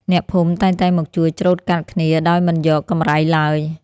អ្នកភូមិតែងតែមកជួយច្រូតកាត់គ្នាដោយមិនយកកម្រៃឡើយ។